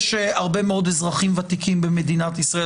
יש הרבה מאוד אזרחים ותיקים במדינת ישראל.